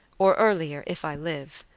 or earlier if i live,